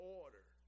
order